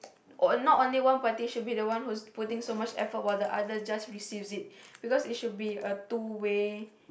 or not only one party should be the one who's putting so much effort while the other just received it because it should be a two way